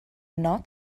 not